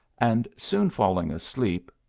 and soon falling asleep,